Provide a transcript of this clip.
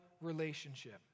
relationship